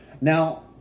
Now